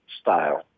style